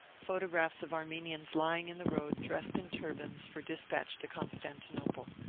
photographs of armenians lying in the road, dressed in turbans, for despatch to constantinople.